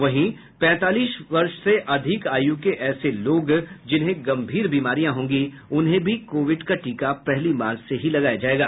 वहीं पैंतालीस वर्ष से अधिक आयु के ऐसे लोग जिन्हें गंभीर बीमारियां होंगी उन्हें भी कोविड का टीका पहली मार्च से ही लगाया जायेगा